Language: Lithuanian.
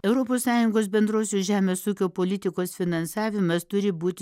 europos sąjungos bendrosios žemės ūkio politikos finansavimas turi būti